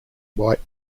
white